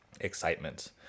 excitement